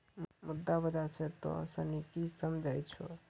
मुद्रा बाजार से तोंय सनि की समझै छौं?